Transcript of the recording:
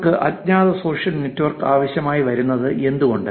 നമുക്ക് അജ്ഞാത social network ആവശ്യമായി വരുന്നത് എന്തുകൊണ്ട്